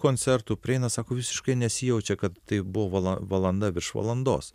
koncertų prieina sako visiškai nesijaučia kad tai buvo vala valanda virš valandos